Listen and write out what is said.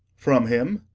from him,